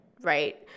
right